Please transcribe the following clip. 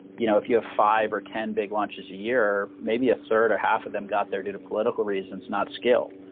you know if you have five or ten big launches a year, maybe a third or half of them got there due to political reasons, not skill.